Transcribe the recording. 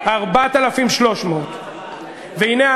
4,300. והנה,